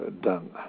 done